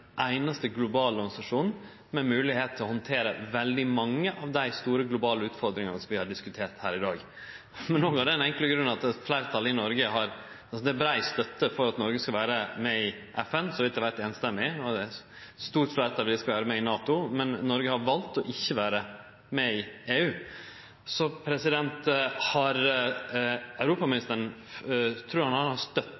einaste globale organisasjonen som kan handtere veldig mange av dei store globale utfordringane som vi har diskutert her i dag. Det er brei støtte for at Noreg skal vere med i FN – så vidt eg veit, samrøystes – og det er eit stort fleirtal for at vi skal vere med i NATO, men Noreg har valt å ikkje vere med i EU. Trur europaministeren han har